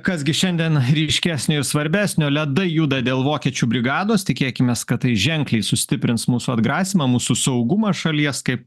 kas gi šiandien ryškesnio ir svarbesnio ledai juda dėl vokiečių brigados tikėkimės kad tai ženkliai sustiprins mūsų atgrasymą mūsų saugumą šalies kaip